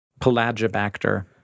Pelagibacter